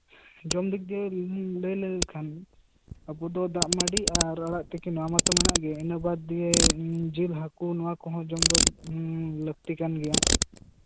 ᱡᱚᱢ ᱫᱤᱠ ᱫᱤᱭᱮ ᱞᱟᱹᱭ ᱞᱮᱠᱷᱟᱱ ᱟᱵᱚ ᱫᱚ ᱫᱟᱜᱢᱟᱹᱰᱤ ᱟᱨ ᱟᱲᱟᱜ ᱛᱤᱠᱤ ᱱᱚᱣᱟ ᱢᱟᱛᱚ ᱢᱮᱱᱟᱜ ᱜᱮ ᱤᱱᱟᱹ ᱵᱟᱫ ᱫᱤᱭᱮ ᱡᱤᱞ ᱦᱟᱹᱠᱩ ᱡᱚᱢ ᱫᱚ ᱞᱟᱹᱠᱛᱤ ᱠᱟᱱ ᱜᱮᱭᱟ